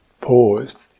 paused